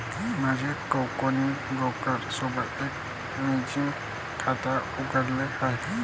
माझ्या काकाने ब्रोकर सोबत एक मर्जीन खाता उघडले आहे